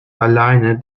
alleine